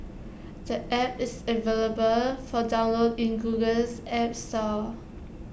the app is available for download in Google's app store